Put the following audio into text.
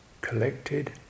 collected